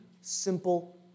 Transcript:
simple